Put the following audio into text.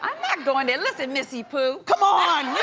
i'm not going there. listen missy poo. come on!